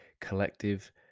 collective